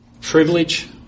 privilege